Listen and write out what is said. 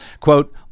quote